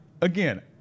again